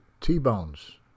T-Bones